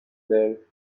there